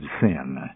sin